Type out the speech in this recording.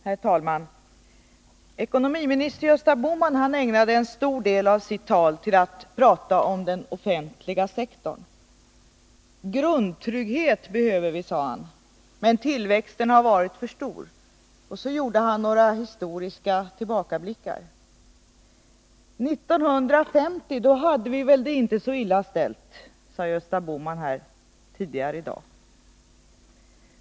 Herr talman! Ekonomiminister Gösta Bohman ägnade en stor del av sitt tal till att prata om den offentliga sektorn. Grundtrygghet behöver vi, sade han, men tillväxten har varit för stor. Och så gjorde han några historiska tillbakablickar. 1950 hade vi väl det inte så illa ställt, sade Gösta Bohman tidigare här i dag.